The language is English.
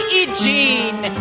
Eugene